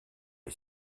est